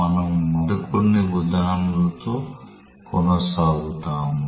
మనము మరికొన్ని ఉదాహరణలతో కొనసాగుతాము